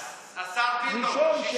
ראשון?